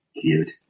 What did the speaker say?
Cute